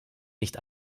nicht